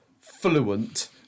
fluent